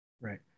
Right